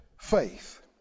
faith